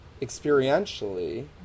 experientially